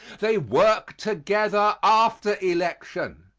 they work together after election.